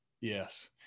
Yes